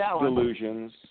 delusions